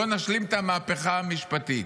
בוא נשלים את המהפכה המשפטית,